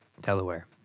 Delaware